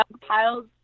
piles